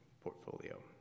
portfolio